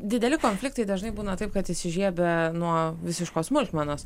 dideli konfliktai dažnai būna taip kad įsižiebia nuo visiškos smulkmenos